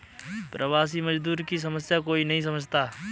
प्रवासी मजदूर की समस्या कोई नहीं समझता